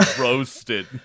Roasted